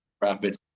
profits